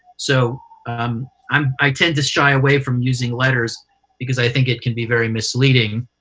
so um um i tend to shy away from using letters because i think it can be very misleading,